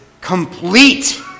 complete